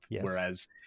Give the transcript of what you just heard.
Whereas